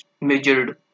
measured